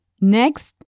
Next